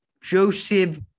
Joseph